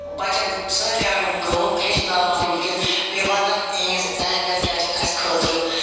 بچن سۭتۍ کَرن یِم کٲم ہیٚچھناوَکھ یِم بیٚیہِ وننَکھ یِہٕنٛز اہمیت کیٛاہ چھِ اَسہِ خٲطرٕ